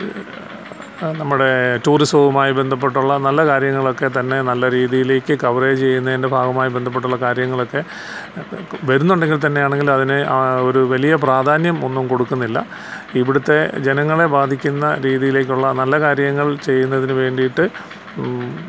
നമ്മുടെ ടൂറിസവുമായി ബന്ധപ്പെട്ടുള്ള നല്ല കാര്യങ്ങളൊക്കെത്തന്നെ നല്ല രീതിയിലേക്ക് കവറേജ് ചെയ്യുന്നതിൻ്റെ ഭാഗമായി ബന്ധപ്പെട്ടുള്ള കാര്യങ്ങളൊക്കെ വരുന്നുണ്ടെങ്കിൽ തന്നെയാണെങ്കിലും അതിനെ ആ ഒരു വലിയ പ്രാധാന്യം ഒന്നും കൊടുക്കുന്നില്ല ഇവിടുത്തെ ജനങ്ങളെ ബാധിക്കുന്ന രീതിയിലേക്കുള്ള നല്ല കാര്യങ്ങൾ ചെയ്യുന്നതിന് വേണ്ടിയിട്ട്